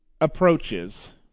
approaches